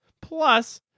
Plus